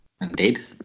Indeed